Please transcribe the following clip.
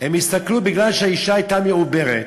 על כך, מכיוון שהאישה הייתה מעוברת,